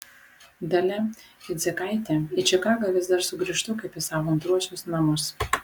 dalia cidzikaitė į čikagą vis dar sugrįžtu kaip į savo antruosius namus